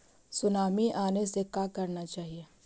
Tsunami आने से का करना चाहिए?